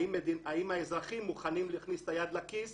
האם האזרחים מוכנים להכניס את היד לכיס